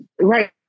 Right